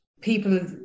people